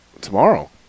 Tomorrow